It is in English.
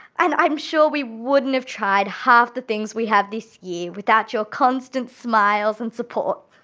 and i'm sure we wouldn't have tried half the things we have this year without your constant smiles and support.